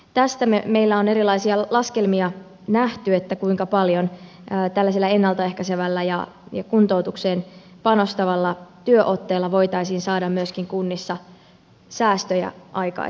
tästä meillä on nähty erilaisia laskelmia kuinka paljon tällaisella ennalta ehkäisevällä ja kuntoutukseen panostavalla työotteella voitaisiin saada myöskin kunnissa säästöjä aikaiseksi